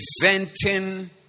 Presenting